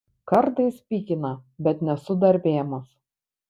kartais pykina bet nesu dar vėmus